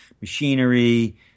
machinery